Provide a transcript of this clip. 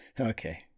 okay